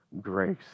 grace